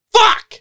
Fuck